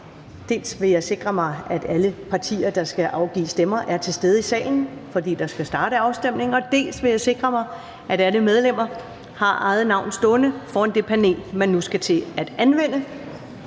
vil jeg sikre mig, dels at alle partier, der skal afgive stemmer, er til stede i salen, fordi en afstemning skal starte, dels vil jeg sikre mig, at alle medlemmer har eget navn stående foran det panel, man nu skal til at anvende.